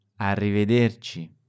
Arrivederci